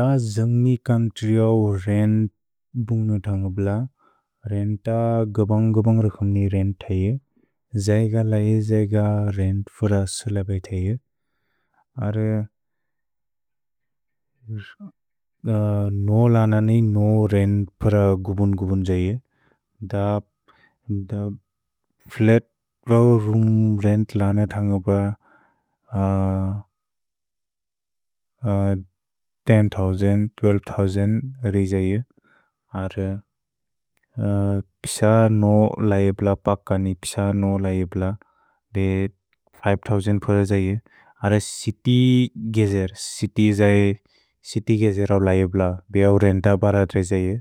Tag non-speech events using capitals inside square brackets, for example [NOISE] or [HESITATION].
अ जन्ग्नि कत्रिऔ रेन्त् [HESITATION] बुन्ग्नु ṭहन्गुप्ल, रेन्त गबन्ग्-गबन्ग्र क्सुन्ग्नि रेन्त् ṭहये, जय्ग लए जय्ग रेन्त् फ्र सुलबे ṭहये। अ [HESITATION] नो लन नि नो रेन्त् फ्र गुबुन्-गुबुन् ṭहये। अ फ्लेतौ [HESITATION] रुन्ग् रेन्त् लन ṭहन्गुप [HESITATION] तेन् थोउसन्द् त्वेल्वे थोउसन्द् रे ṭहये। अ प्स नो लयप्ल पक नि प्स नो लयप्ल दे फिवे थोउसन्द् फ्र ṭहये। अ सिति गेजेर् सिति जये सिति गेजेरौ लयप्ल बेओ रेन्त बर त्रै ṭहये।